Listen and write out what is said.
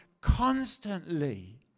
constantly